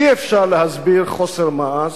אי-אפשר להסביר חוסר מעש,